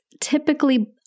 typically